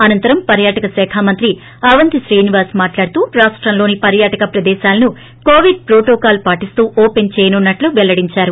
అనంతరం పర్వాటక శాఖా మంత్రి అవంతీ శ్రివివాస్ మాట్లాడుతూ రాష్టంలోని పర్వాటక ప్రదేశాలను కోవిడ్ హ్రోటోకాల్ పాటిస్తూ ఓపెన్ చేయనున్నట్లు పెల్లడించారు